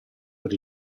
per